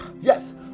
Yes